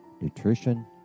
nutrition